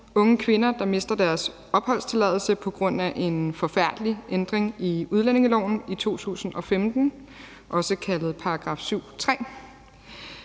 unge kvinder, der mister deres opholdstilladelse på grund af en forfærdelig ændring i udlændingeloven i 2015, også kaldet § 7,3.